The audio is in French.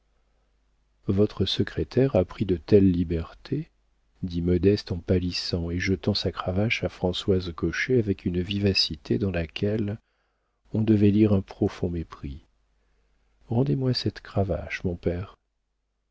votre secrétaire a pris de telles libertés dit modeste en pâlissant et jetant sa cravache à françoise cochet avec une vivacité dans laquelle on devait lire un profond mépris rendez-moi cette cravache mon père